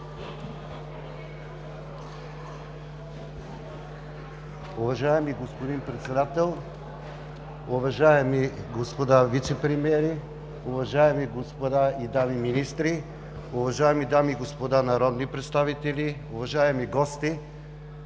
Уважаеми господин Председател, уважаеми господа вицепремиери, уважаеми господа и дами министри, уважаеми дами и господа народни представители, уважаеми гости!